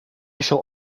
shall